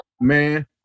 Man